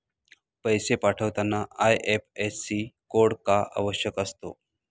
पैसे पाठवताना IFSC code का आवश्यक असतो?